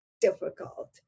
difficult